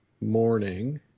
morning